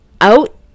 out